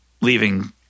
leaving